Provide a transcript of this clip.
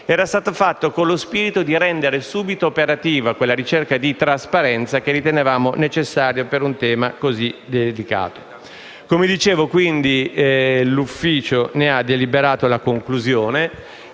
era stato fatto con lo spirito di rendere subito operativa quella ricerca di trasparenza che ritenevamo necessaria per un tema così delicato. Come dicevo, quindi, l'Ufficio ne ha deliberato la conclusione,